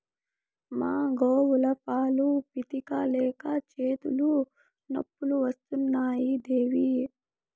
మా గోవుల పాలు పితిక లేక చేతులు నొప్పులు వస్తున్నాయి దేవీ